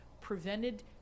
prevented